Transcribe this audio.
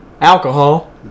alcohol